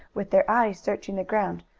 with their eyes searching the ground,